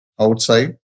outside